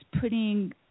putting